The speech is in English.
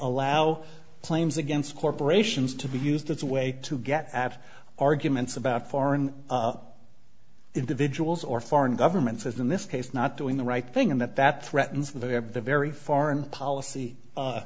allow claims against corporations to be used as a way to get at arguments about foreign individuals or foreign governments as in this case not doing the right thing and that that threatens their very foreign policy